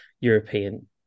European